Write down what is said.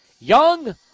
young